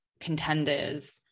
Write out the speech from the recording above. contenders